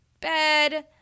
bed